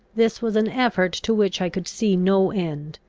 this was an effort to which i could see no end.